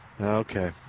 Okay